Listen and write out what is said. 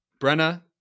Brenna